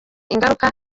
ingaruka